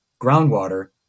groundwater